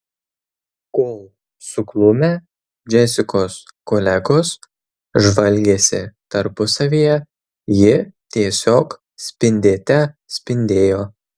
kol suglumę džesikos kolegos žvalgėsi tarpusavyje ji tiesiog spindėte spindėjo